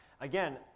Again